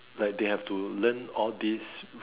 like they have to learn all this